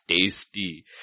tasty